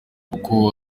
uko